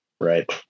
Right